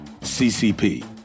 ccp